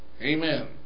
Amen